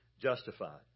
justified